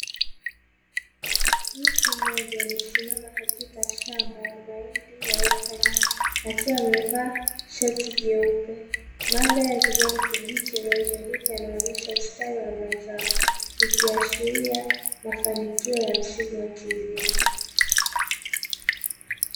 Mtu mmoja amesimama katika shamba la mahindi yaliyokomaa, akiwa amevaa shati jeupe, mandhari ya kijani kibichi yanayozunguka yanaonyesha ustawi wa mazao ikiashiria mafanikio ya msimu wa kilimo.